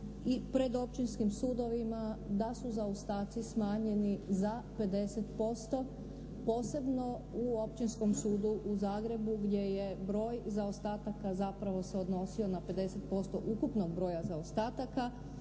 i pred općinskim sudovima da su zaostaci smanjeni za 50% posebno u Općinskom sudu u Zagrebu gdje je broj zaostataka zapravo se odnosio na 50% ukupnog broja zaostataka.